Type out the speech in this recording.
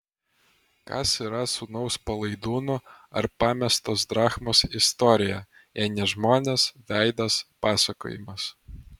kas yra sūnaus palaidūno ar pamestos drachmos istorija jei ne žmonės veidas pasakojimas